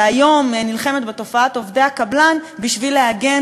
והיום נלחמת בתופעת עובדי הקבלן בשביל להגן